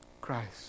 Christ